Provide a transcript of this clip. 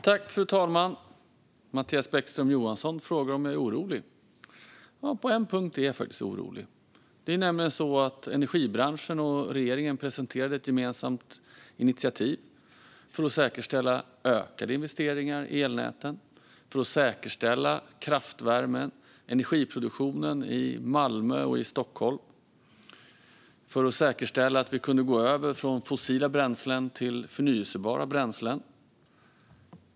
Fru talman! Mattias Bäckström Johansson frågar om jag är orolig. Ja, på en punkt är jag faktiskt orolig. Energibranschen och regeringen presenterade nämligen ett gemensamt initiativ för att säkerställa ökade investeringar i elnäten, för att säkerställa kraftvärmen och energiproduktionen i Malmö och i Stockholm och för att säkerställa att vi kunde gå över från fossila bränslen till förnybara bränslen.